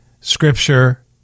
scripture